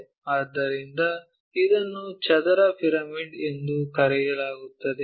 ಆದ್ದರಿಂದ ಇದನ್ನು ಚದರ ಪಿರಮಿಡ್ ಎಂದು ಕರೆಯಲಾಗುತ್ತದೆ